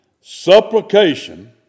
Supplication